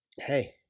hey